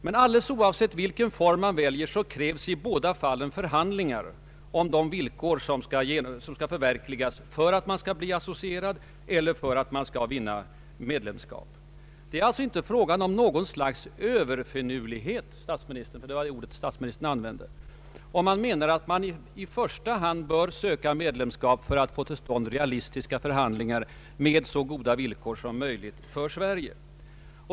Men alldeles oavsett vilken form som väljs, krävs förhandlingar om de villkor som måste uppfyllas för association eller medlemskap. Det är alltså inte fråga om något slags ”överfinurlighet” — det var ju det ordet statsministern använde — om någon anser att man bör söka medlemskap för att få till stånd realistiska förhandlingar på så goda villkor som möjligt för Sverige.